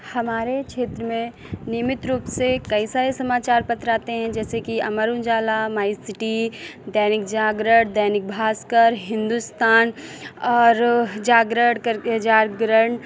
हमारे क्षेत्र में नियमित रूप से कई सारे समाचार पत्र आते हैं जैसे कि अमर उजाला माय सिटी दैनिक जागरण दैनिक भास्कर हिन्दुस्तान और जागरण कर जागरण